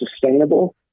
sustainable